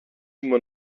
immer